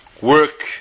Work